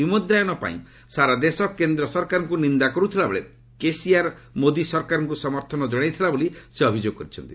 ବିମୁଦ୍ରାୟନ ପାଇଁ ସାରା ଦେଶ କେନ୍ଦ୍ର ସରକାରଙ୍କୁ ନିନ୍ଦା କରୁଥିଲାବେଳେ କେସିଆର୍ ମୋଦି ସରକାରଙ୍କୁ ସମର୍ଥନ କଣାଇଥିଲା ବୋଲି ସେ ଅଭିଯୋଗ କରିଛନ୍ତି